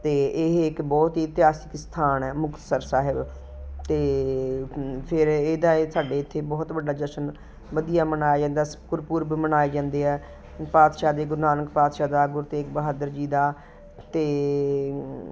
ਅਤੇ ਇਹ ਇੱਕ ਬਹੁਤ ਹੀ ਇਤਿਹਾਸਿਕ ਸਥਾਨ ਹੈ ਮੁਕਤਸਰ ਸਾਹਿਬ ਅਤੇ ਫਿਰ ਇਹਦਾ ਇਹ ਸਾਡੇ ਇੱਥੇ ਬਹੁਤ ਵੱਡਾ ਜਸ਼ਨ ਵਧੀਆ ਮਨਾਇਆ ਜਾਂਦਾ ਗੁਰਪੁਰਬ ਮਨਾਏ ਜਾਂਦੇ ਆ ਪਾਤਸ਼ਾਹ ਦੇ ਗੁਰੂ ਨਾਨਕ ਪਾਤਸ਼ਾਹ ਦਾ ਗੁਰੂ ਤੇਗ ਬਹਾਦਰ ਜੀ ਦਾ ਅਤੇ